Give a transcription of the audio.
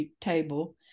table